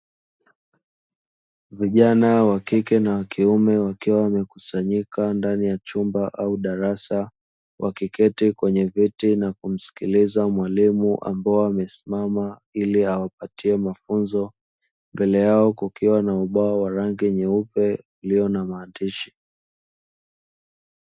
Vijana wakiume na wakike wakiwa wamekusanyika ndani chumba au darasa, wakiketi kwenye viti na kumsikiliza mwalimu ambaye amesimama ili awapatie mafunzo, mbele yao kukiwa na ubao wa rangi nyeupe ulio na maandishi.